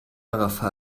agafar